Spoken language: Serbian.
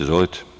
Izvolite.